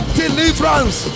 deliverance